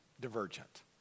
divergent